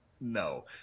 No